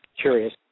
curious